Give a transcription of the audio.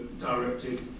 directed